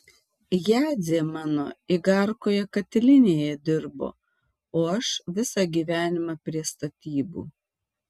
jadzė mano igarkoje katilinėje dirbo o aš visą gyvenimą prie statybų